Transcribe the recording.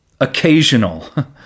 Occasional